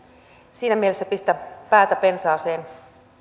siinä mielessä pistä päätä pensaaseen